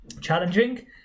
challenging